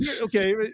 okay